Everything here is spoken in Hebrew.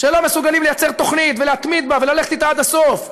שלא מסוגלים לייצר תוכנית ולהתמיד בה וללכת אתה עד הסוף,